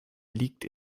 liegt